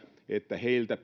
että heitä